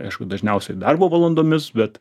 aišku dažniausiai darbo valandomis bet